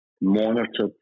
monitored